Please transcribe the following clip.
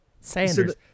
Sanders